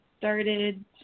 started